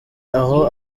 aho